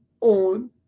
on